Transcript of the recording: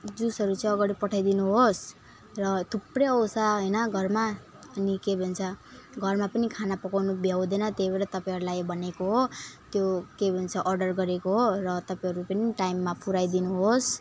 जुसहरू चाहिँ अगाडि पठाइदिनु होस् र थुप्रै आउँछ होइन घरमा अनि के भन्छ घरमा पनि खाना पकाउनु भ्याउँदैन त्यही भएर तपाईँहरूलाई भनेको हो त्यो के भन्छ अर्डर गरेको हो र तपाईँहरू पनि टाइममा पुर्याइदिनु होस्